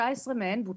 19 מתוך ה-20 בוטלו.